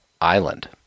island